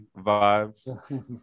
vibes